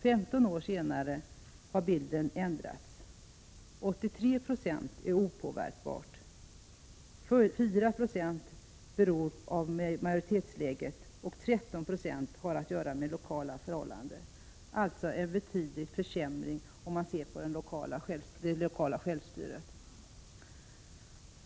15 år senare har bilden ändrats: 83 96 är opåverkbart, 4 96 beror av majoritetsläget och 13 96 har att göra med lokala förhållanden. Det är alltså en betydande försämring av det lokala självstyret.